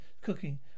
cooking